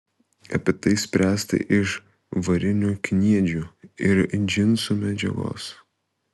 apie tai spręsta iš varinių kniedžių ir džinsų medžiagos